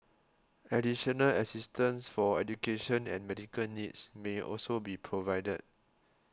additional assistance for education and medical needs may also be provided